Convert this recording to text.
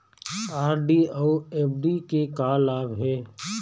RD अऊ FD के का लाभ हे?